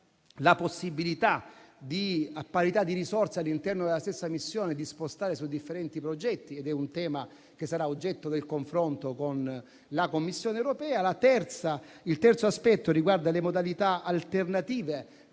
la possibilità, a parità di risorse all'interno della stessa missione, di spostarle su differenti progetti ed è un tema che sarà oggetto del confronto con la Commissione europea. La terza questione riguarda le modalità alternative